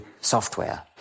software